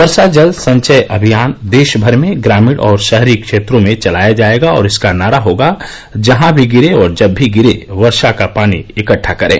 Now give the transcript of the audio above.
वर्षा जल संचय अभियान देशभर में ग्रामीण और शहरी क्षेत्रों में चलाया जाएगा और इसका नारा होगा जहां भी गिरे और जब भी गिरे वर्षा का पानी इकहा करें